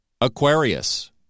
Aquarius